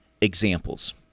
examples